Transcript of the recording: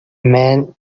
man